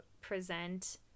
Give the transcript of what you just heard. present